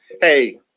Hey